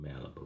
Malibu